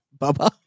Bubba